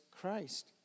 Christ